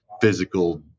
physical